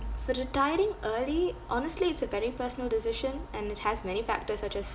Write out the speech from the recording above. for retiring early honestly it's a very personal decision and it has many factors such as